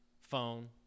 phone